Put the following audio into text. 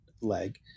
leg